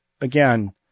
again